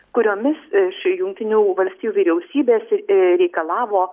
kuriomis iš jungtinių valstijų vyriausybės ee reikalavo